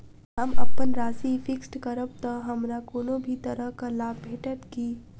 हम अप्पन राशि फिक्स्ड करब तऽ हमरा कोनो भी तरहक लाभ भेटत की?